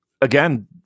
again